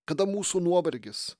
kada mūsų nuovargis